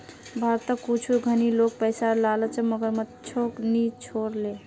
भारतत कुछू धनी लोग पैसार लालचत मगरमच्छको नि छोड ले